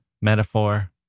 metaphor